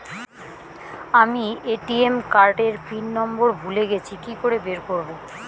আমি ATM card এর pin number ভুলে গেছি কি করে বের করব?